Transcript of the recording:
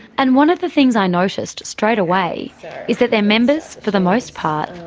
and one of the things i noticed straight away is that their members, for the most part,